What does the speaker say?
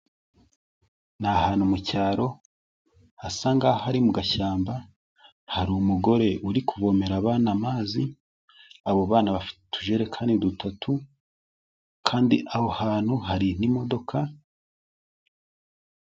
Ni ahantu mu cyaro hasa nk'aho ari mu gashyamba, hari umugore uri kuvomera abana amazi ,abo bana bafite utujerekani dutatu kandi aho hantu hari n'imodoka.